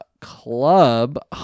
club